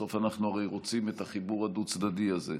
בסוף אנחנו הרי רוצים את החיבור הדו-צדדי הזה,